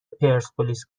پرسپولیس